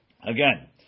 Again